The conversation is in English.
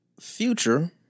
Future